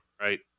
right